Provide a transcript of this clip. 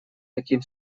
таким